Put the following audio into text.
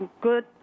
good